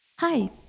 Hi